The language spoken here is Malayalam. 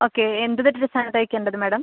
ഓക്കെ എന്ത് ഡ്രസ്സ്സാ തയ്ക്കേണ്ടത് മാഡം